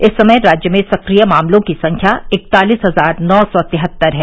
इस समय राज्य में सक्रिय मामलों की संख्या इकतालीस हजार नौ सौ तिहत्तर है